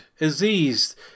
Aziz